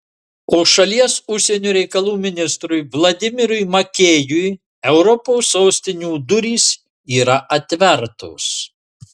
o šalies užsienio reikalų ministrui vladimirui makėjui europos sostinių durys yra atvertos